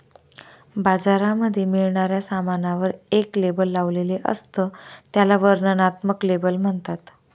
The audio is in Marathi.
बाजारामध्ये मिळणाऱ्या सामानावर एक लेबल लावलेले असत, त्याला वर्णनात्मक लेबल म्हणतात